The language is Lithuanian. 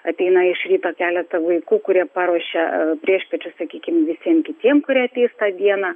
ateina iš ryto keleta vaikų kurie paruošia priešpiečius sakykim visiem kitiem kurie ateis tą dieną